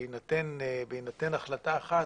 בהינתן החלטה אחת,